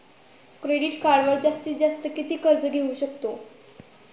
Credit कार्डवर जास्तीत जास्त किती कर्ज घेऊ शकतो?